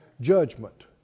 judgment